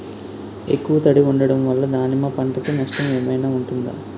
ఎక్కువ తడి ఉండడం వల్ల దానిమ్మ పంట కి నష్టం ఏమైనా ఉంటుందా?